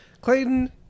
Clayton